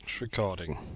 recording